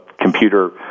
computer